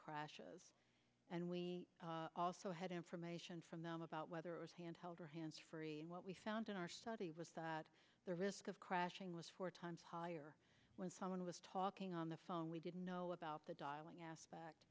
crashes and we also had information from them about whether handheld or hands free what we found in our study was that the risk of crashing was four times higher when someone was talking on the phone we didn't know about the dialing aspect